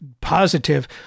positive